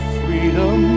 freedom